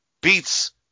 beats